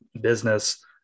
business